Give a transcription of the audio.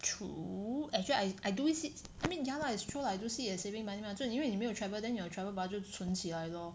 true actually I I do it since I mean ya lah it's true lah I do see it as saving money mah 就因为你没有 travel then your travel budget 就存起来 lor